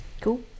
cool